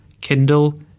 Kindle